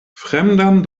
fremdan